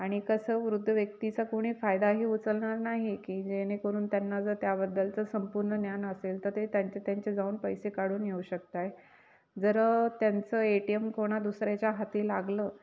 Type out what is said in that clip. आणि कसं वृद्ध व्यक्तीचा कोणी फायदाही उचलणार नाही की जेणेकरून त्यांना जर त्याबद्दलचं संपूर्ण ज्ञान असेल तर ते त्यांचे त्यांचे जाऊन पैसे काढून येऊ शकताय जरं त्यांचं ए टी एम कोणा दुसऱ्याच्या हाती लागलं